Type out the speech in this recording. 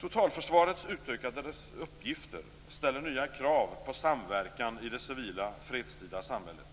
Totalförsvarets utökade uppgifter ställer nya krav på samverkan i det civila fredstida samhället.